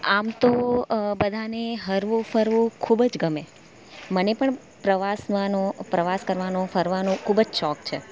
આમ તો બધાને હરવું ફરવું ખૂબ જ ગમે મને પણ પ્રવાસવાનું પ્રવાસ કરવાનું ફરવાનો ખૂબ જ શોખ છે